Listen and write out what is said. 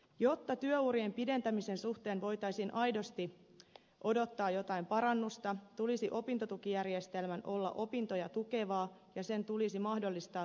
jotta työurien pidentämisen suhteen voitaisiin aidosti odottaa jotain parannusta tulisi opintotukijärjestelmän olla opintoja tukeva ja sen tulisi mahdollistaa täyspäiväinen opiskelu